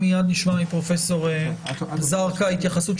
מיד נשמע את פרופסור זרקא שיתייחס.